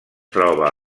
troba